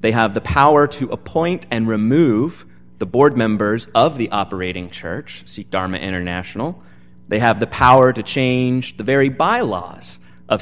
they have the power to appoint and remove the board members of the operating church dharma international they have the power to change the very by loss o